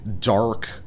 dark